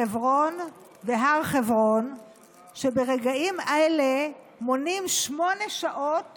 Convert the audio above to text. חברון והר חברון שברגעים אלה מונים שמונה שעות